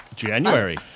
January